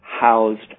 housed